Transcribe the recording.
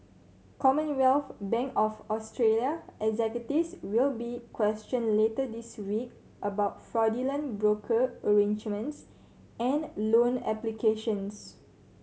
Commonwealth Bank of Australia will be questioned later this week about fraudulent broker arrangements and loan applications